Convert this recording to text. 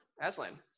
Aslan